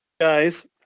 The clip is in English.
Guys